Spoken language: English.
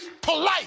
polite